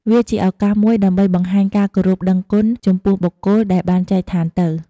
វាជាឱកាសមួយដើម្បី បង្ហាញការគោរពដឹងគុណ ចំពោះបុគ្គលដែលបានចែកឋានទៅ។